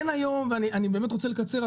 אני באמת רוצה לקצר,